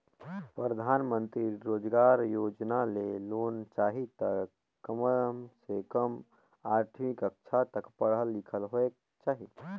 परधानमंतरी रोजगार योजना ले लोन चाही त कम ले कम आठवीं कक्छा तक पढ़ल लिखल होएक चाही